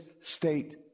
state